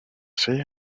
say